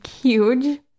huge